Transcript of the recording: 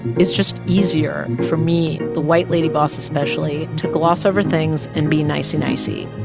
it's just easier for me, the white lady boss especially, to gloss over things and be nicey, nicey.